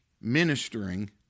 ministering